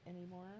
anymore